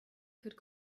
could